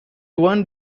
one